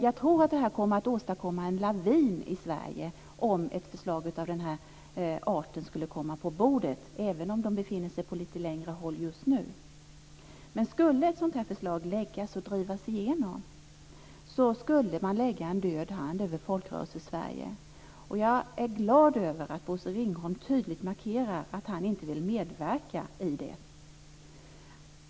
Jag tror att det kommer att åstadkomma en lavin i Sverige om ett förslag av denna art skulle komma på bordet, även om det befinner sig på lite längre håll just nu. Skulle ett sådant förslag läggas och drivas igenom skulle man lägga en död hand över Folkrörelsesverige. Jag är glad över att Bosse Ringholm tydligt markerar att han inte vill medverka till det.